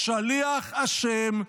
השליח אשם.